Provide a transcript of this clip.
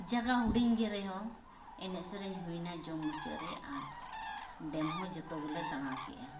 ᱡᱟᱜᱟ ᱦᱩᱰᱤᱧᱜᱮ ᱨᱮᱦᱚᱸ ᱮᱱᱮᱡᱼᱥᱮᱨᱮᱧ ᱦᱩᱭᱮᱱᱟ ᱡᱚᱢ ᱢᱩᱪᱟᱹᱫᱨᱮ ᱟᱨ ᱰᱮᱢᱦᱚᱸ ᱡᱚᱛᱚᱜᱮᱞᱮ ᱫᱟᱬᱟᱠᱮᱫᱼᱟ